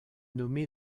nommé